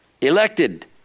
Elected